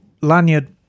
lanyard